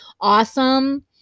awesome